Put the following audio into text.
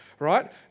right